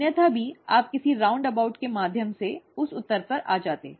अन्यथा भी आप किसी गोल चक्कर के माध्यम से उस उत्तर में आ जाते